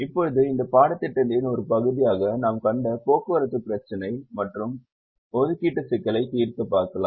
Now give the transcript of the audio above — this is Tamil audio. இப்போது இந்த பாடத்திட்டத்தின் ஒரு பகுதியாக நாம் கண்ட போக்குவரத்து பிரச்சினை மற்றும் ஒதுக்கீட்டு சிக்கலை தீர்க்க பார்க்கலாம்